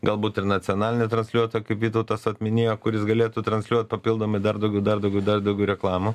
galbūt ir nacionalinio transliuotojo kaip vytautas vat minėjo kuris galėtų transliuot papildomi dar daugiau dar daugiau dar daugiau reklamų